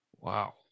Wow